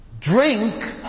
drink